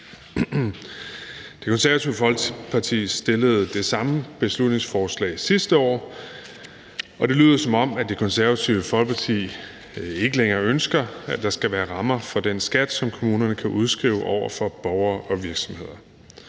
Det Konservative Folkeparti fremsatte det samme beslutningsforslag sidste år, og det lyder, som om Det Konservative Folkeparti ikke længere ønsker, at der skal være rammer for den skat, som kommunerne kan udskrive over for borgere og virksomheder.